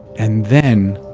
and then,